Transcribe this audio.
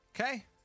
Okay